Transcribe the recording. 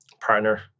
partner